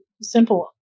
Simple